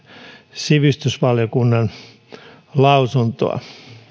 sivistysvaliokunnan lausuntoa